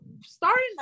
starting